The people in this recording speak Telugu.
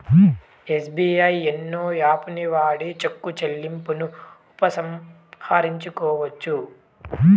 ఎస్బీఐ యోనో యాపుని వాడి చెక్కు చెల్లింపును ఉపసంహరించుకోవచ్చు